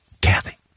Kathy